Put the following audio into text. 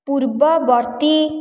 ପୂର୍ବବର୍ତ୍ତୀ